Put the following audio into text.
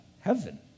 heaven